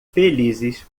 felizes